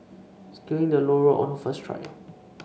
scaling the low rope on her first try